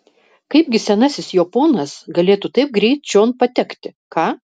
kaipgi senasis jo ponas galėtų taip greit čion patekti ką